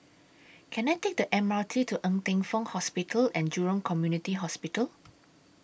Can I Take The M R T to Ng Teng Fong Hospital and Jurong Community Hospital